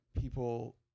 people